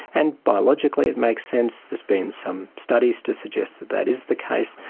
and, biologically it makes sense. there's been some studies to suggest that that is the case.